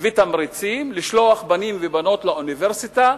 ותמריצים לשלוח בנים ובנות לאוניברסיטה,